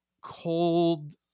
cold